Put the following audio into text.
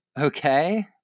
okay